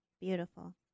Beautiful